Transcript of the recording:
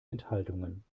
enthaltungen